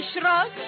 shrug